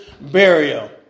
burial